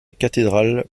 cathédrale